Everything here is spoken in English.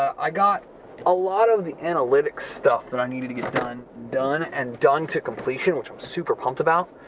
i got a lot of the analytic stuff that i need to to get done, done and done to completion, which i'm super pumped about.